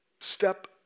step